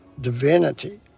divinity